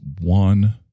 one